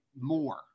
more